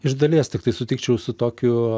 iš dalies tiktai sutikčiau su tokiu